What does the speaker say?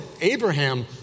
Abraham